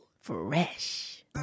Fresh